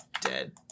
dead